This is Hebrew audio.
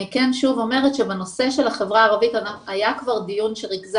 אני כן אומרת שוב שבנושא של החברה הערבית היה כבר דיון שריכזה